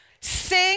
Sing